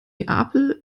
neapel